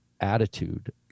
attitude